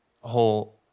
whole